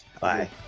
Bye